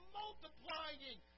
multiplying